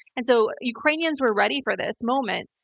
and so ukrainians were ready for this moment,